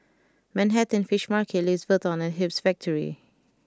Manhattan Fish Market Louis Vuitton and Hoops Factory